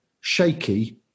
shaky